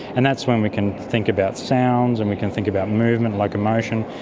and that's when we can think about sounds and we can think about movement, locomotion.